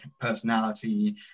personality